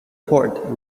port